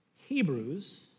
Hebrews